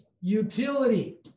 utility